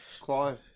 Clive